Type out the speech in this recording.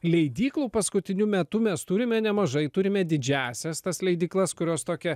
leidyklų paskutiniu metu mes turime nemažai turime didžiąsias tas leidyklas kurios tokia